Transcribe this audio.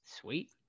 Sweet